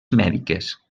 mèdiques